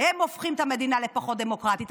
הם הופכים את המדינה לפחות דמוקרטית.